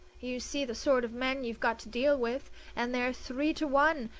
you see the sort of men you've got to deal with and they're three to one,